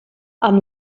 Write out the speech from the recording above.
amb